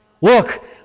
Look